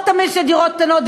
או תמהיל של דירות קטנות,